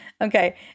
Okay